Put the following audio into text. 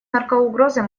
наркоугрозой